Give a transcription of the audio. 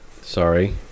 sorry